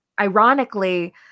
ironically